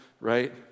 right